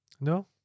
No